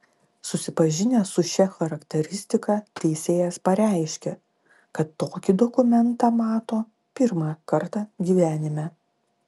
susipažinęs su šia charakteristika teisėjas pareiškė kad tokį dokumentą mato pirmą kartą gyvenime